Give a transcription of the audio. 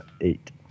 eight